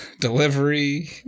delivery